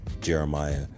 Jeremiah